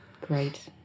great